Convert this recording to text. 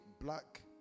black